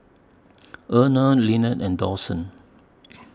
Erna Lynette and Dawson